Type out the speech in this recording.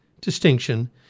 distinction